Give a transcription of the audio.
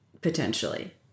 potentially